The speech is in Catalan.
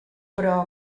però